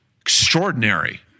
Extraordinary